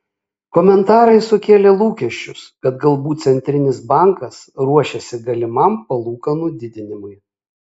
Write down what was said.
komentarai sukėlė lūkesčius kad galbūt centrinis bankas ruošiasi galimam palūkanų didinimui